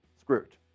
Screwed